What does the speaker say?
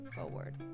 forward